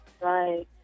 Right